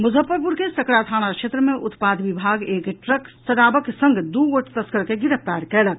मुजफ्फरपुर के सकरा थाना क्षेत्र मे उत्पाद विभाग एक ट्रक शराबक संग दू गोट तस्कर के गिरफ्तार कयलक